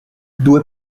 due